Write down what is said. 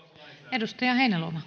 arvoisa